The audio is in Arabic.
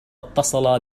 اتصل